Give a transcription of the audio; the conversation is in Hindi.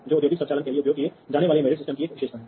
जबकि कोई भी 4 20 मा पाश में मौजूद नहीं है